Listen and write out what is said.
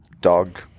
dog